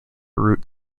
root